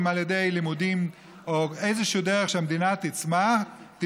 אם על ידי לימודים או איזושהי דרך שהמדינה תמצא,